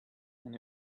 and